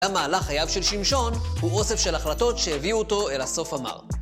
...מהלך חייו של שמשון הוא אוסף של החלטות שהביאו אותו אל הסוף המר.